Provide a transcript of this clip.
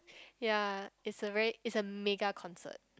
ya it's a very it's a mega concert